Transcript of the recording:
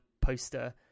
poster